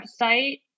website